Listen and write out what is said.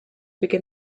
begin